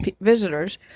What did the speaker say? visitors